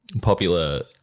popular